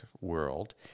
world